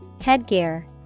Headgear